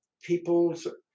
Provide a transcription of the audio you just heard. people's